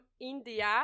India